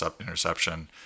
interception